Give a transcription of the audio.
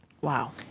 Wow